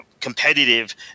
competitive